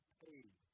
paid